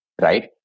right